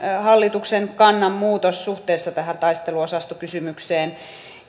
hallituksen kannan muutos suhteessa tähän taisteluosastokysymykseen